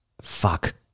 Fuck